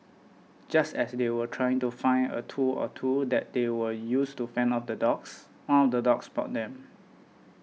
just as they were trying to find a tool or two that they would use to fend off the dogs one of the dogs spotted them